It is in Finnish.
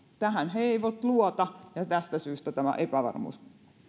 tähän he eivät luota ja tästä syystä on tämä epävarmuus